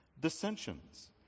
Dissensions